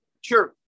sure